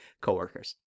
coworkers